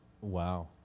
Wow